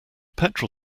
petrol